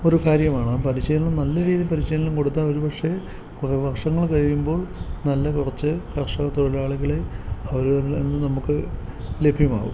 ഒരു കാര്യമാണ് ആ പരിശീലനം നല്ല രീതിയിൽ പരിശീലനം കൊടുത്താൽ ഒരുപക്ഷേ കുറേ വർഷങ്ങൾ കഴിയുമ്പോൾ നല്ല കുറച്ച് കർഷകത്തൊഴിലാളികളെ അവരിൽ നിന്ന് നമ്മൾക്ക് ലഭ്യമാവും